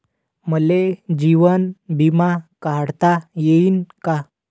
मले जीवन बिमा काढता येईन का?